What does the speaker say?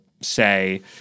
say